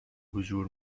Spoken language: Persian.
حضور